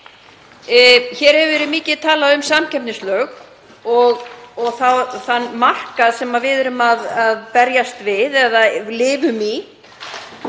Hér hefur mikið verið talað um samkeppnislög og þann markað sem við erum að berjast við eða lifum í.